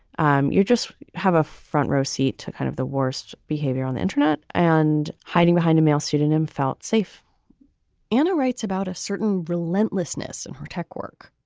um you just have a front row seat to kind of the worst behavior on the internet and hiding behind a male pseudonym felt safe anna writes about a certain relentlessness in her tech work,